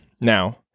Now